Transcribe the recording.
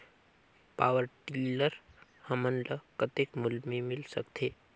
Power tiller हमन ल कतेक मूल्य मे मिल सकथे?